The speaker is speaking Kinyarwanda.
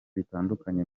bitandukanye